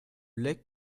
lech